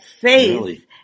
faith